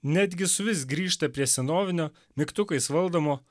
netgi suvis grįžta prie senovinio mygtukais valdomo